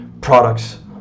products